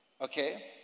Okay